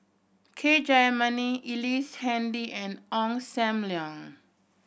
K Jayamani Ellice Handy and Ong Sam Leong